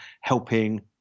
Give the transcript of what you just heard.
helping